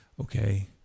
okay